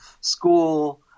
school